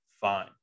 fine